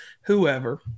whoever